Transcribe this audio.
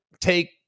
take